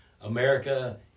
America